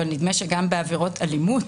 אבל נדמה שגם בעבירות אלימות